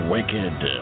Wicked